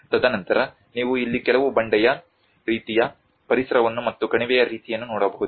ತದನಂತರ ನೀವು ಇಲ್ಲಿ ಕೆಲವು ಬಂಡೆಯ ರೀತಿಯ ಪರಿಸರವನ್ನು ಮತ್ತು ಕಣಿವೆಯ ರೀತಿಯನ್ನು ನೋಡಬಹುದು